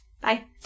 Bye